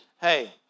hey